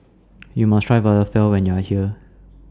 YOU must Try Falafel when YOU Are here